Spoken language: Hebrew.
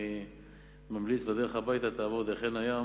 אני ממליץ שבדרך הביתה תעבור דרך עין-הים